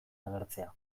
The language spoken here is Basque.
agertzea